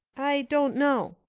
i don't know.